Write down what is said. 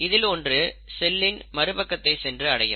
இதில் ஒன்று செல்லின் மறுபக்கத்தை சென்று அடையும்